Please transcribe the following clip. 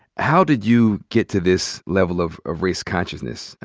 how did you get to this level of of race consciousness? i